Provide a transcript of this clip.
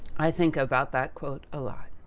i think about that quote, a lot.